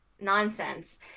nonsense